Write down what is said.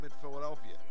Philadelphia